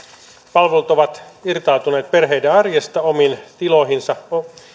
palvelut ovat irtautuneet perheiden arjesta omiin tiloihinsa